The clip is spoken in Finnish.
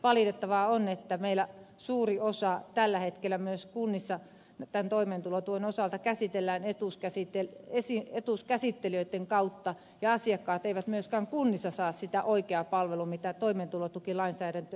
valitettavaa on että meillä suurimmassa osassa tällä hetkellä myös kunnissa toimeentulotuen osalta käsitellään etuuskäsittelijöitten kautta ja asiakkaat eivät myöskään kunnissa saa sitä oikeaa palvelua mitä toimeentulotukilainsäädäntö edellyttäisi